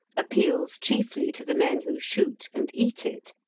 appeals chiefly to the men who shoot and eat it,